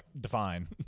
define